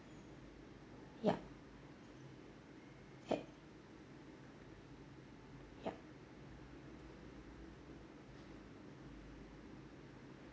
yup yea yup